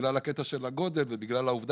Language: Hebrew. בגלל הקטע של הגודל ובגלל העובדה